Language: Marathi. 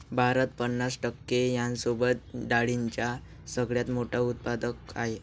भारत पन्नास टक्के यांसोबत डाळींचा सगळ्यात मोठा उत्पादक आहे